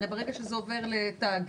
הרי ברגע שזה עובר לתאגיד,